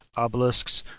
obelisks,